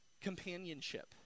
companionship